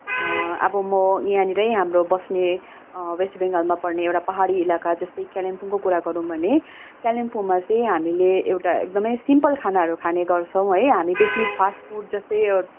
अब म यहाँनिरै हाम्रो बस्ने वेस्ट बङ्गालमा पर्ने एउटा पाहाडी इलाका जस्तै कालिम्पोङको कुरा गरौँ भने कालिम्पोङमा चाहिँ हामीले एउटा एकदमै सिम्पल खानाहरू खाने गर्छौँ है हामी बेसी फास्ट फुड जस्तै